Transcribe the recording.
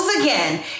again